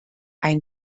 ein